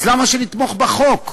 אז למה שנתמוך בחוק?